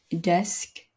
desk